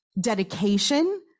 dedication